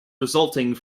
resulting